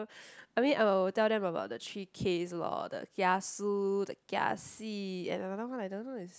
I mean I will tell them about the three Ks lor the kiasu the kiasi and another one I don't know is